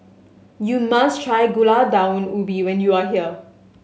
you must try Gulai Daun Ubi when you are here